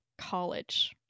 college